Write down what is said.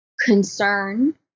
concern